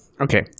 Okay